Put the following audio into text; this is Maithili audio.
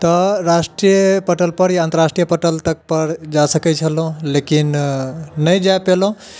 तऽ राष्ट्रीय पटल पर या अंतराष्ट्रीय पटल तक पर जा सकै छलहुॅं लेकिन नहि जा पेलहुॅं